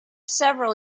several